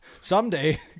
Someday